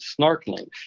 snorkeling